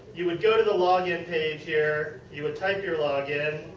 you would go to the login page here. you would type your login,